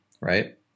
Right